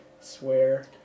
swear